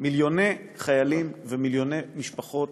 מיליוני חיילים ומיליוני משפחות